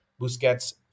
busquets